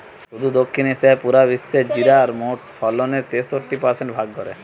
শুধু দক্ষিণ এশিয়াই পুরা বিশ্বের জিরার মোট ফলনের তেষট্টি পারসেন্ট ভাগ করে